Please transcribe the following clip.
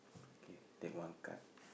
kay take one card